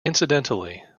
incidentally